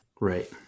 Right